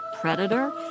Predator